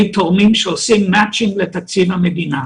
תורמים שעושים מצ'ינג לתקציב המדינה.